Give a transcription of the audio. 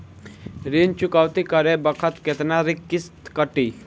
ऋण चुकौती करे बखत केतना किस्त कटी?